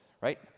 right